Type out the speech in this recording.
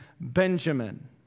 Benjamin